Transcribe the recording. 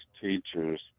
teachers